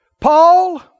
Paul